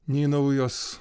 nei naujos